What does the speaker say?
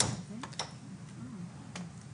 אלא זה גם יכול להיות